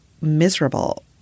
miserable